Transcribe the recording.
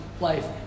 life